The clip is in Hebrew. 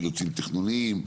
אילוצים תכנוניים,